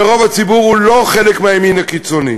כשרוב הציבור הוא לא חלק מהימין הקיצוני.